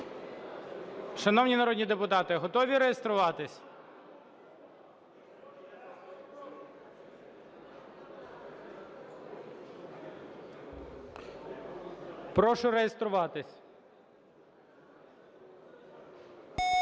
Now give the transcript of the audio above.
Шановні народні депутати, готові реєструватись? Прошу реєструватись.